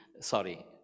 sorry